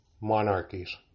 monarchies